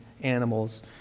animals